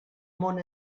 món